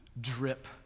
drip